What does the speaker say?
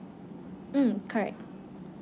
mm correct